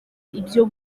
ibyo